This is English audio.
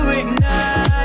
ignite